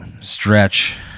stretch